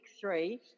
three